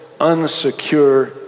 unsecure